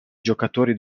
giocatori